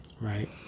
right